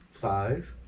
Five